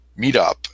meetup